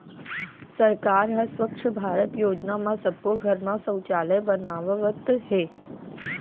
सरकार ह स्वच्छ भारत योजना म सब्बो घर म सउचालय बनवावत हे